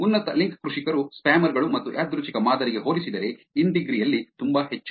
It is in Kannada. ಉನ್ನತ ಲಿಂಕ್ ಕೃಷಿಕರು ಸ್ಪ್ಯಾಮರ್ ಗಳು ಮತ್ತು ಯಾದೃಚ್ಛಿಕ ಮಾದರಿಗೆ ಹೋಲಿಸಿದರೆ ಇನ್ ಡಿಗ್ರಿ ಯಲ್ಲಿ ತುಂಬಾ ಹೆಚ್ಚು